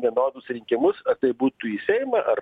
vienodus rinkimus ar tai būtų į seimą ar